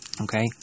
Okay